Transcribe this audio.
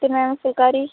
ਅਤੇ ਮੈਮ ਫੁਲਕਾਰੀ